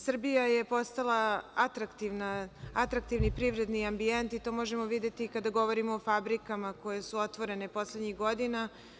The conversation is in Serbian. Srbija je postala atraktivni privredni ambijent i to možemo videti kada govorimo o fabrikama koje su otvorene poslednjih godina.